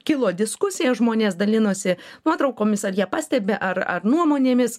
kilo diskusija žmonės dalinosi nuotraukomis ar jie pastebi ar ar nuomonėmis